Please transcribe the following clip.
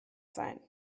sein